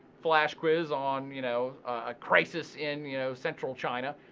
flash quiz on, you know a crisis in you know central china,